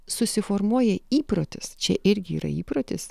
susiformuoja įprotis čia irgi yra įprotis